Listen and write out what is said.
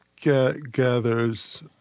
gathers